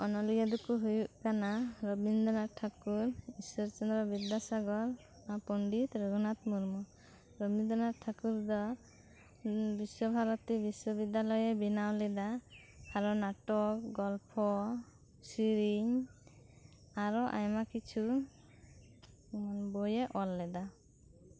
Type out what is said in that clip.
ᱱᱩᱠᱩ ᱚᱱᱚᱞᱤᱭᱟᱹ ᱫᱚᱠᱚ ᱦᱩᱭᱩᱜ ᱠᱟᱱᱟ ᱨᱚᱵᱤᱱᱫᱚᱨᱚᱱᱟᱛᱷ ᱴᱷᱟᱠᱩᱨ ᱤᱥᱥᱚᱨ ᱪᱚᱱᱫᱽᱨᱚ ᱵᱤᱫᱽᱫᱟᱥᱟᱜᱚᱨ ᱟᱨ ᱯᱚᱱᱰᱤᱛ ᱨᱚᱜᱷᱩᱱᱟᱛᱷ ᱢᱩᱨᱢᱩ ᱨᱚᱵᱤᱱᱫᱽᱨᱚᱱᱟᱛᱷ ᱴᱷᱟᱠᱩᱨ ᱫᱚ ᱵᱤᱥᱥᱚ ᱵᱷᱟᱨᱚᱛᱤ ᱵᱤᱥᱥᱚ ᱵᱤᱫᱽᱫᱟᱞᱚᱭ ᱮ ᱵᱮᱱᱟᱣ ᱞᱮᱫᱟ ᱟᱨ ᱱᱟᱴᱚᱠ ᱜᱚᱞᱯᱷᱚ ᱥᱮᱨᱮᱧ ᱟᱨᱦᱚᱸ ᱟᱭᱢᱟ ᱠᱤᱪᱷᱩ ᱵᱳᱭᱮ ᱚᱞ ᱞᱮᱫᱟ